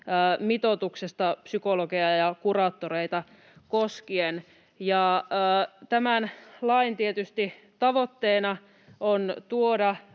mitoituksesta psykologeja ja kuraattoreita koskien. Tämän lain tavoitteena on